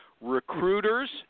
Recruiter's